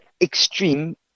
extreme